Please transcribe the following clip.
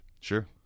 Sure